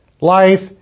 Life